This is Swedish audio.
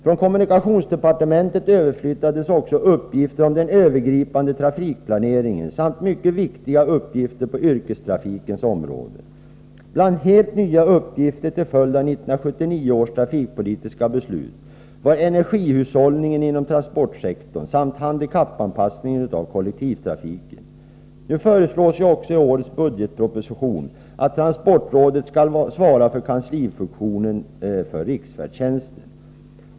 Från kommunikationsdepartementet överflyttades också uppgifter beträffande den övergripande trafikplaneringen samt mycket viktiga uppgifter på yrkestrafikens område. Bland helt nya uppgifter till följd av 1979 års trafikpolitiska beslut var energihushållningen inom transportsektorn samt handikappanpassningen av kollektivtrafiken. Nu föreslås också i årets budgetproposition att transportrådet skall svara för kanslifunktionen för riksfärdtjänsten.